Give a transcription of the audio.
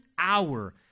hour